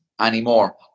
anymore